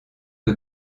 aux